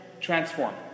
Transform